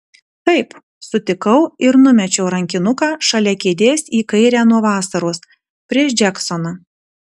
taip sutikau ir numečiau rankinuką šalia kėdės į kairę nuo vasaros prieš džeksoną